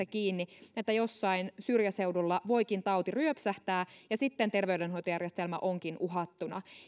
kiinni että jossain syrjäseudulla voikin tauti ryöpsähtää ja sitten terveydenhoitojärjestelmä onkin uhattuna